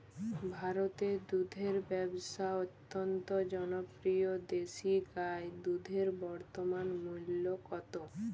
ভারতে দুধের ব্যাবসা অত্যন্ত জনপ্রিয় দেশি গাই দুধের বর্তমান মূল্য কত?